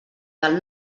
del